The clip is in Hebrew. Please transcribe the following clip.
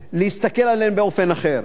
להסתכל עליה באופן אחר.